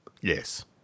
Yes